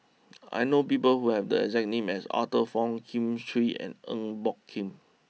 I know people who have the exact name as Arthur Fong Kin Chui and Eng Boh Kee